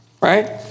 Right